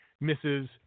misses